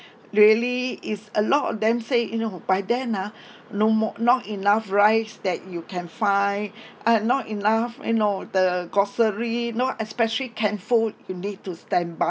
really is a lot of them say you know by then ah no more not enough rice that you can find uh not enough you know the grocery know especially canned food you need to standby